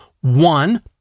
One